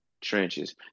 trenches